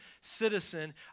citizen